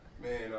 Man